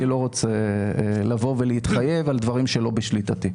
אני לא רוצה לבוא ולהתחייב על דברים שלא בשליטתי.